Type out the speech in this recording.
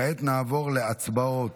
כעת נעבור להצבעות.